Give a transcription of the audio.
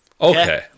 okay